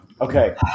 Okay